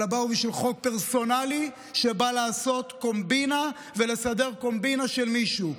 אלא באו בשביל חוק פרסונלי שבא לעשות קומבינה ולסדר קומבינה של מישהו.